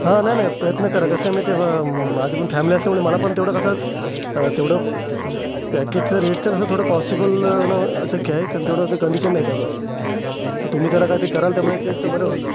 हा नाही नाही प्रयत्न करा कसं आहे माहिती आहे म माझी पण फॅमिली असल्यामुळे मला पण तेवढं कसं तेवढं पॅकेजचं रेटचं कसं थोडं पॉसिबल होणं शक्य आहे कारण तेवढंच कंडिशन नाही त्यामुळे तर तुम्ही जरा काहीतरी कराल त्यामध्ये चेंज तर बरं होईल